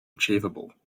achievable